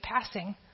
passing